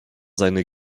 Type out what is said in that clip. seine